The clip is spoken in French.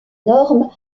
normes